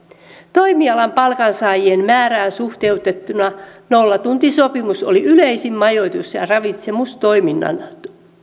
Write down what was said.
toimialan palkansaajien määrään suhteutettuna nollatuntisopimus oli yleisin majoitus ja ravitsemustoiminnan